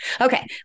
okay